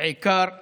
בעיקר בנגב.